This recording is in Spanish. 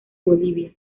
bolivia